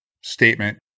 statement